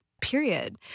period